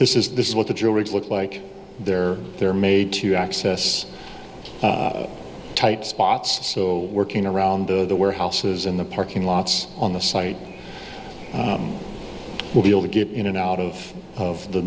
this is this is what the drill rigs look like they're they're made to access tight spots so working around the warehouses in the parking lots on the site will be able to get in and out of of the